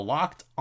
Locked